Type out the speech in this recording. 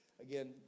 again